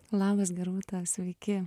labas gerūta sveiki